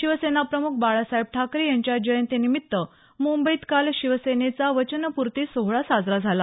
शिवसेनाप्रम्ख बाळासाहेब ठाकरे यांच्या जयंतीनिमित्त मुंबईत काल शिवसेनेचा वचनपूर्ती सोहळा साजरा झाला